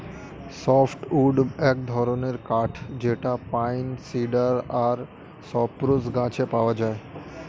soft wood এক ধরনের কাঠ যেটা পাইন, সিডার আর সপ্রুস গাছে পাওয়া যায়